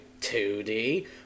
2D